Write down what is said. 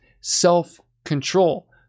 self-control